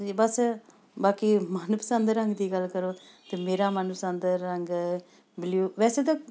ਜੀ ਬਸ ਬਾਕੀ ਮਨਪਸੰਦ ਰੰਗ ਦੀ ਗੱਲ ਕਰੋ ਅਤੇ ਮੇਰਾ ਮਨਪਸੰਦ ਰੰਗ ਬਲਿਊ ਵੈਸੇ ਤਾਂ